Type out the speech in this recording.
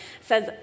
says